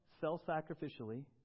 self-sacrificially